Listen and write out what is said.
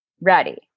ready